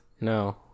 no